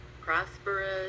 prosperous